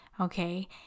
okay